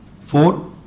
Four